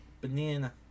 Banana